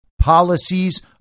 policies